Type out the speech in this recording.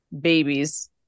babies